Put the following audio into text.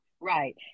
Right